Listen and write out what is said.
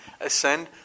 Ascend